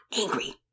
angry